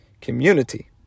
Community